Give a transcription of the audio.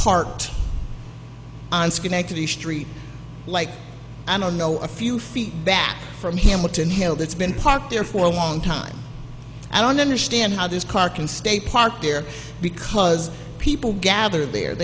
parked on schenectady street like i don't know a few feet back from hamilton hill that's been parked there for a long time i don't understand how this car can stay parked there because people gather there